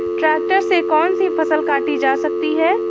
Tractor से कौन सी फसल काटी जा सकती हैं?